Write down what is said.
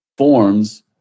forms